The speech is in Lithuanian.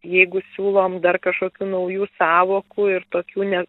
jeigu siūlom dar kažkokių naujų sąvokų ir tokių ne